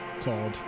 called